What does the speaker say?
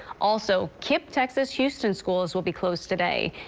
also, kip texas houston schools will be closed today.